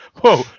Whoa